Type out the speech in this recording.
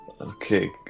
Okay